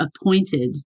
appointed